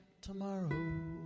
tomorrow